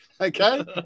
Okay